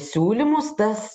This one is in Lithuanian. siūlymus tas